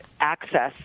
access